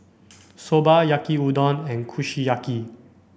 Soba Yaki Udon and Kushiyaki